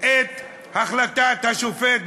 את החלטת השופט.